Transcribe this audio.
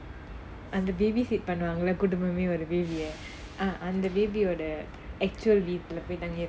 அந்த:antha babysit பண்ணுவாங்களா குட்டி மாமி ஒரு:pannuvaangalaa kutty maami oru baby அந்த:antha baby ஓட:oda actually வீட்டுல போய் தங்கிட:veetula poi thangida